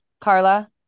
Carla